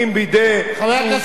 אתה, חבר הכנסת ברכה, עד כאן.